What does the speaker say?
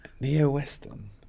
Neo-Western